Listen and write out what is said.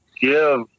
give